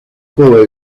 boy